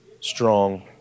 strong